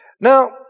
Now